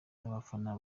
n’abafana